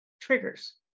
triggers